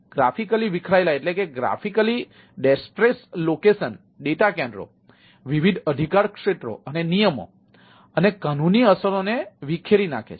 graphically વિખેરાયેલા data કેન્દ્રો વિવિધ અધિકારક્ષેત્રો અને નિયમો અને કાનૂની અસરોને વિખેરી નાખે છે